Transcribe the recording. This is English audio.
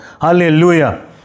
Hallelujah